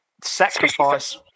Sacrifice